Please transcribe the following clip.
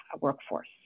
workforce